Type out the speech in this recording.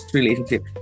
relationship